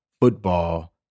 football